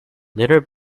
litter